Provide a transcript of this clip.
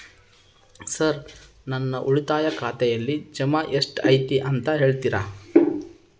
Sir ನನ್ನ ಉಳಿತಾಯ ಖಾತೆಯಲ್ಲಿ ಜಮಾ ಎಷ್ಟು ಐತಿ ಅಂತ ಹೇಳ್ತೇರಾ?